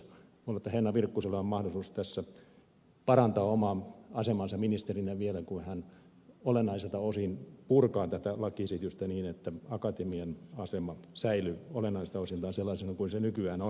minä luulen että ministeri henna virkkusella on mahdollisuus tässä parantaa omaa asemaansa ministerinä vielä kun hän olennaisilta osin purkaa tätä lakiesitystä niin että akatemian asema säilyy olennaisilta osiltaan sellaisena kuin se nykyään on